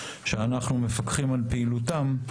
שאנחנו מפקחים על פעילותם,